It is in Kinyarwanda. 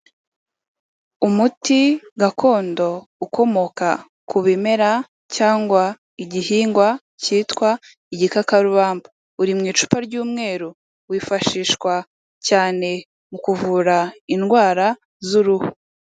Umuti gakondo ukomoka ku bimera cyangwa igihingwa cyitwa igikakarubamba, uri mu icupa ry'umweru, wifashishwa cyane mu kuvura indwara z'uruhu.